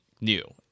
new